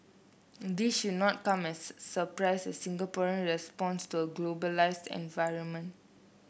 this should not come as surprise as Singaporean responds to a globalised environment